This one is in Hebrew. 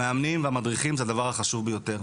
המאמנים והמדריכים זה הדבר החשוב ביותר.